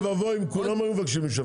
אוי ואבוי אם כולם היו מבקשים להישפט.